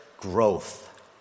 growth